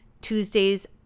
Tuesdays